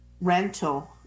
Rental